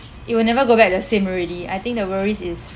it will never go back the same already I think the worries is